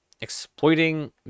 exploiting